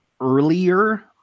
earlier